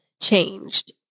changed